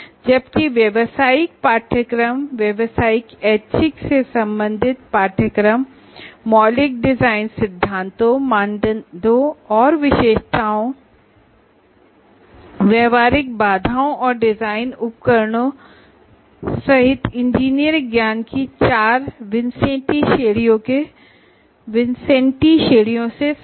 जबकि professional courses professional elective से सम्बन्धित courses fundamental design principles Fundamental Design Principles criteria और specifications Criteria and Specifications practical कांस्ट्रेंट्सऔर design instrumentalities सहित इंजीनियरिंग ज्ञान की चार विन्सेन्टीश्रेणियों से संबंधित हैं